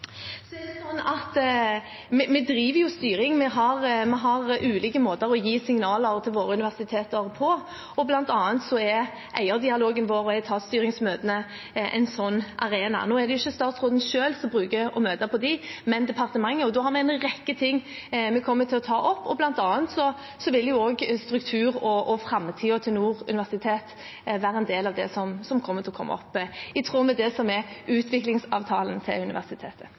Vi driver jo styring; vi har ulike måter å gi signaler til våre universiteter på. Blant annet er eierdialogen vår og etatsstyringsmøtene sånne arenaer. Nå er det ikke statsråden selv, men departementet, som bruker å møte på dem. Da har vi en rekke ting vi kommer til å ta opp. Blant annet vil også strukturen og framtiden til Nord universitet være en del av det som kommer til å komme opp, i tråd med det som er utviklingsavtalen med universitetet.